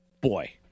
Boy